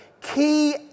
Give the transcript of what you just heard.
Key